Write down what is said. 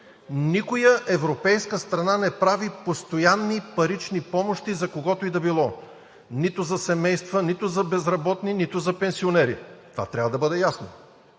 Никоя европейска страна не прави постоянни парични потоци за когото и да било – нито за семейства, нито за безработни, нито за пенсионери, това трябва да бъде ясно.